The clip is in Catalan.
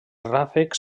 ràfecs